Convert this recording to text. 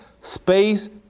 space